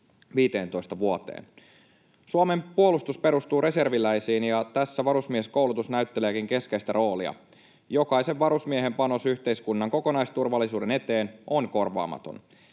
15 vuoteen. Suomen puolustus perustuu reserviläisiin, ja tässä varusmieskoulutus näytteleekin keskeistä roolia. Jokaisen varusmiehen panos yhteiskunnan kokonaisturvallisuuden eteen on korvaamaton.